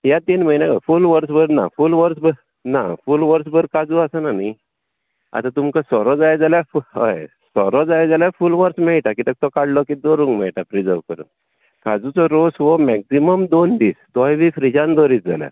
ह्या तीन म्हयन्याक फूल वर्स भर ना फूल वर्स भर ना फूल वर्स भर काजू आसना न्हय आतां तुमकां सोरो जाय जाल्यार हय सोरो जाय जाल्यार फूल वर्स मेळटा कित्याक तो काडलो की दवरूंक मेळटा प्रिजव करून काजूचो रोस हो मॅग्जिमम दोन दीस तोवूय बी फ्रिजान दवरीत जाल्यार